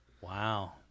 Wow